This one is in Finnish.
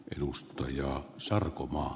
arvoisa puhemies